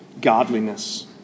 godliness